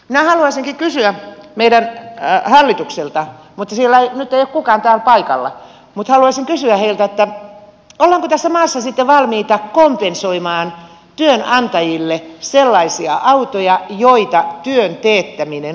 minä haluaisinkin kysyä meidän hallitukselta siellä nyt ei ole kukaan täällä paikalla mutta haluaisin kysyä heiltä ollaanko tässä maassa sitten valmiita kompensoimaan työnantajille sellaisia autoja joita työn teettäminen vaatii